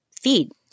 feed